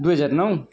दुई हजार नौ